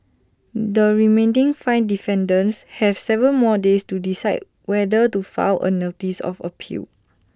the remaining five defendants have Seven more days to decide whether to file A notice of appeal